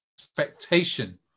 expectation